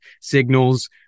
signals